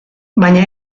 baina